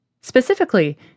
specifically